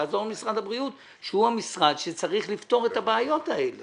לעזור למשרד הבריאות שהוא המשרד שצריך לפתור את הבעיות האלה